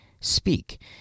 speak